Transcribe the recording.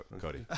Cody